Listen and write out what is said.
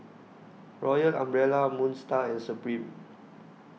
Royal Umbrella Moon STAR and Supreme